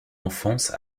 enfance